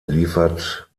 liefert